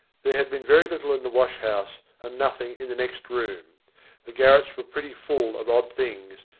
there had been very little in the wash house, and nothing in the next room the garrets were pretty full of odd things,